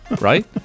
Right